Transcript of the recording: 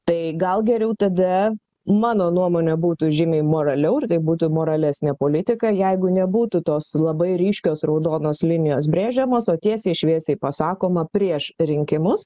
tai gal geriau tada mano nuomone būtų žymiai moraliau ir tai būtų moralesnė politika jeigu nebūtų tos labai ryškios raudonos linijos brėžiamos o tiesiai šviesiai pasakoma prieš rinkimus